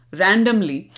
randomly